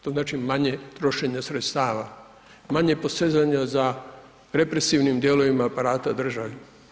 To znači manje trošenje sredstava, manje posezanja za represivnim dijelovima aparata države.